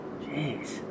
Jeez